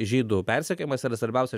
žydų persekiojimas yra svarbiausia